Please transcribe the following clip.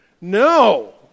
No